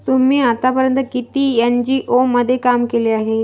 तुम्ही आतापर्यंत किती एन.जी.ओ मध्ये काम केले आहे?